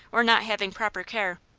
or not having proper care.